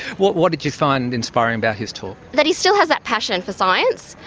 what what did you find inspiring about his talk? that he still has that passion for science,